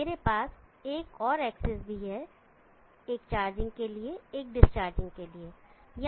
मेरे पास एक और एक्सिस भी है एक चार्जिंग के लिए एक डिस्चार्जिंग के लिए